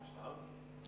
אני יושב כאן מ-22:00.